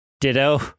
ditto